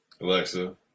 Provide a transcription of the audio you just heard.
Alexa